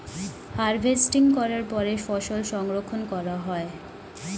harvesting করার পরে ফসল সংরক্ষণ করা হয়